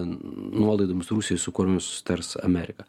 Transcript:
nuolaidomis rusijoj su kuriomis susitars amerika